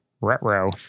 Retro